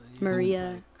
Maria